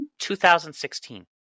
2016